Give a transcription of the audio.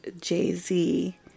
Jay-Z